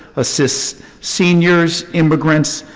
assist seniors, immigrants,